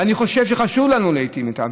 ואני חושב שחשוב לנו להיטיב איתן,